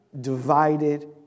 divided